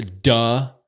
duh